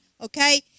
Okay